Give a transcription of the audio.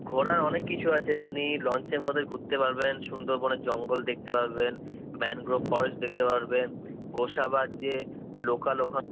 ঘোরার অনেক কিছু আছে আপনি লঞ্চের মধ্যে ঘুরতে পারবেন সুন্দরবনের জঙ্গল দেখতে পারবেন ম্যানগ্রোভ ফরেস্ট দেখতে পারবেন গোসাবার যে লোকাল ওখানে